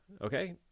okay